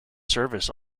service